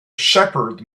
shepherd